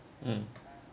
mm